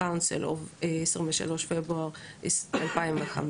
בידי ועדת החריגים.